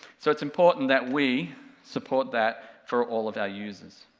so it's important that we support that for all of our users.